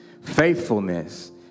faithfulness